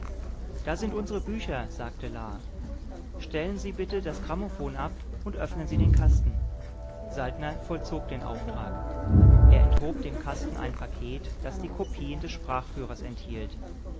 da sind unsere bücher sagte la stellen sie bitte das grammophon ab und öffnen sie den kasten saltner vollzog den auftrag er enthob dem kasten ein paket das die kopien des sprachführers enthielt